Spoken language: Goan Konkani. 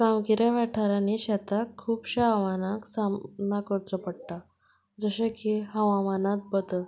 गांवगिऱ्या वाठारांनी शेताक खूबशां आव्हानांक सामना करचो पडटा जशें हवामानाक बदल